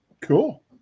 Cool